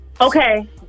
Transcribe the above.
okay